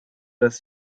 dass